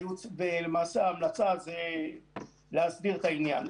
ולמעשה, ההמלצה היא להסדיר את העניין.